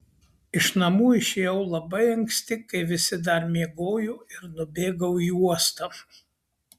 iš namų išėjau labai anksti kai visi dar miegojo ir nubėgau į uostą